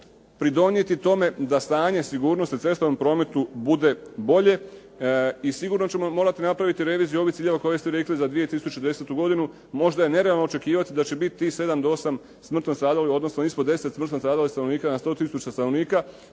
pridonijeti tome da stanje sigurnosti u cestovnom prometu bude bolje i sigurno ćemo morati napraviti reviziju ovih ciljeva koje ste rekli za 2010. godinu. Možda je nerealno očekivati da će biti tih 7 do 8 smrtno stradalih, odnosno ispod 10 smrtno stradalih stanovnika na 100 tisuća